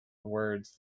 words